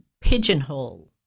pigeonhole